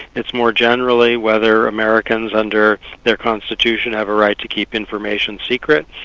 it's more generally whether americans under their constitution have a right to keep information secret,